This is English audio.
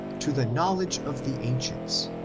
to the knowledge of the ancients,